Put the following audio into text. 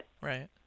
right